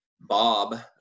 Bob